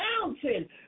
mountain